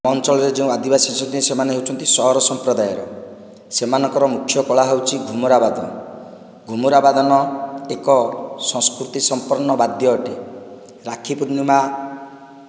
ଅଞ୍ଚଳରେ ଯେଉଁ ଆଦିବାସୀ ମାନେ ଅଛନ୍ତି ସେମାନେ ହେଉଛନ୍ତି ସହର ସମ୍ପ୍ରଦାୟର ସେମାନଙ୍କର ମୁଖ୍ୟ କଳା ହେଉଛି ଘୁମୁରାବାଦ ଘୁମୁରାବାଦନ ଏକ ସଂସ୍କୃତି ସମ୍ପନ୍ନ ବାଦ୍ୟ ଅଟେ ରାକ୍ଷୀପୂଣ୍ଣିମା